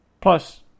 Plus